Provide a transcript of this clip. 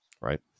Right